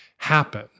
happen